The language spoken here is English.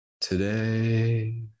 today